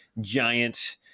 giant